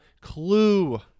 clue